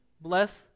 bless